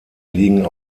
liegen